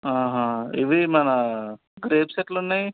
ఇవి మన గ్రేప్స్ ఎట్లున్నాయి